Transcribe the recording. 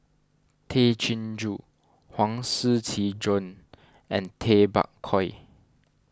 Tay Chin Joo Huang Shiqi Joan and Tay Bak Koi